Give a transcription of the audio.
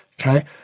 Okay